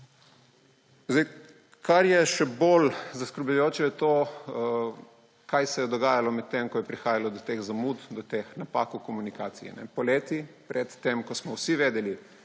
Kar je še bolj zaskrbljujoče, je to, kar se je dogajalo, medtem ko je prihajalo do teh zamud, do teh napak v komunikaciji. Poleti, pred tem, ko smo vsi vedeli,